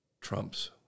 trumps